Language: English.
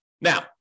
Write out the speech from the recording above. Now